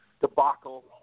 debacle